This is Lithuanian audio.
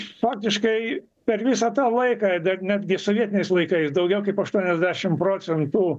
faktiškai per visą tą laiką ir dar netgi sovietiniais laikais daugiau kaip aštuoniasdešim procentų